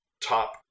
top